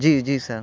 جی جی سر